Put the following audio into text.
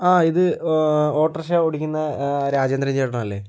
ആ ഇത് auto rickshaw ഓടിക്കുന്ന രാജേന്ദ്രൻ ചേട്ടനല്ലേ